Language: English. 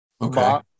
Okay